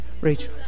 Rachel